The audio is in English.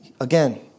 Again